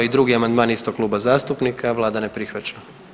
I drugi amandman istog kluba zastupnika, Vlada ne prihvaća.